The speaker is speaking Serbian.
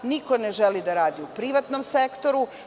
Niko ne želi da radi u privatnom sektoru.